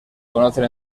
conocen